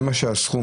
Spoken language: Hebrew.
זה הסכום.